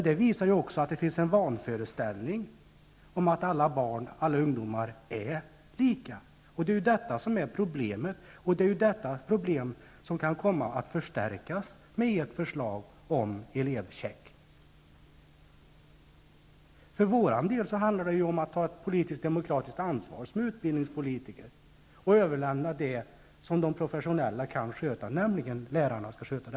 Det visar också att det finns en vanföreställning om att alla barn och ungdomar är lika. Det är detta som är problemet, och problemet kan komma att förstärkas genom ert förslag om elevcheck. För vår del handlar det om att ta ett politiskt, demokratiskt ansvar som utbildningspolitiker och överlämna detta till det som de professionella, lärarna, kan sköta.